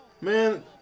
Man